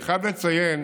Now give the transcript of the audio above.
אני חייב לציין